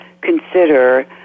consider